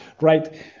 Right